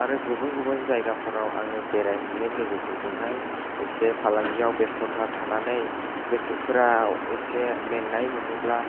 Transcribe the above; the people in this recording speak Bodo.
आरो गुबुन गुबुन जायगाफोराव आङो बेरायहैयो लोगो फोरजोंहाय एसे फालांगिआव बेस्ट'था थानानै गोसोफोरा एसे मेंनाय मोनोब्ला